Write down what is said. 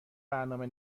برنامه